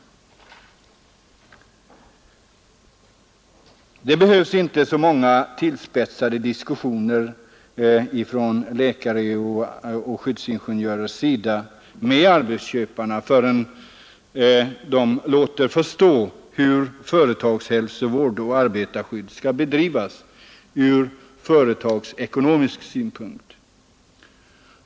Det behövs inte att läkare och skyddsingenjörer har så många tillspetsade diskussioner med arbetsköparna förrän dessa låter förstå hur företagshälsovård och arbetsskydd skall bedrivas — ur företagsekonomisk synpunkt.